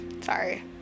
sorry